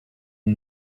the